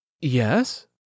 Yes